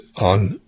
on